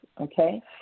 okay